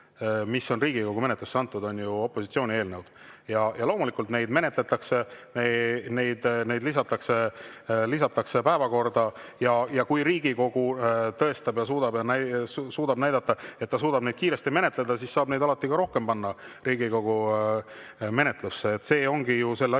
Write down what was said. mis on Riigikogu menetlusse antud, on ju opositsiooni esitatud eelnõud. Loomulikult neid menetletakse, neid lisatakse päevakorda. Ja kui Riigikogu tõestab ja suudab näidata, et ta suudab neid kiiresti menetleda, siis saab neid alati ka rohkem panna Riigikogu menetlusse. See ongi ju selle asja